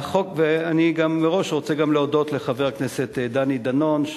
אני מראש רוצה גם להודות לחבר הכנסת דני דנון,